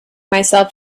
myself